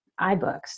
iBooks